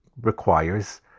requires